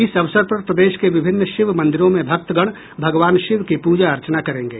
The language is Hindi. इस अवसर पर प्रदेश के विभिन्न शिव मंदिरों में भक्तगण भगवान शिव की पूर्जा अर्चना करेंगे